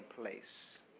place